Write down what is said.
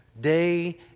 day